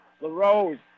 LaRose